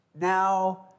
now